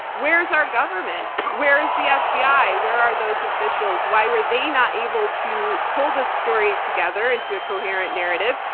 where's our government? where is the fbi? where are those officials? why were they not able to pull this story together into a coherent narrative?